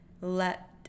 let